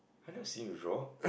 I have never seen you draw